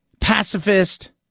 pacifist